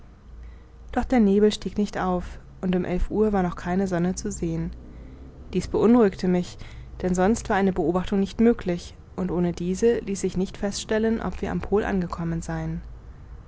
doch der nebel stieg nicht auf und um elf uhr war noch keine sonne zu sehen dies beunruhigte mich denn sonst war eine beobachtung nicht möglich und ohne diese ließ sich nicht feststellen ob wir am pol angekommen seien